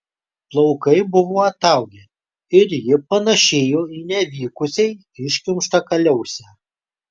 plaukai buvo ataugę ir ji panėšėjo į nevykusiai iškimštą kaliausę